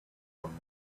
before